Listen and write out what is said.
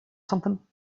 something